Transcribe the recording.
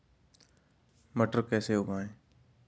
मटर कैसे उगाएं?